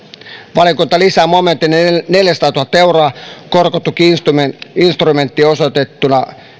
valiokunta lisää momentille neljäsataatuhatta euroa korkotuki instrumenttiin osoitettuna